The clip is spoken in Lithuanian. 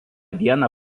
dieną